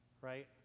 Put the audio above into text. Right